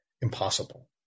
impossible